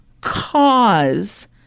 cause